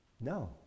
no